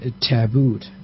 tabooed